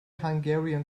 hungarian